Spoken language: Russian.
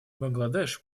бангладеш